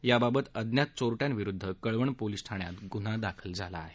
याबाबत अज्ञात चोरट्यांविरोधात कळवण पोलीस ठाण्यात गुन्हा दाखल केला आहे